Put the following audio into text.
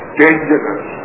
dangerous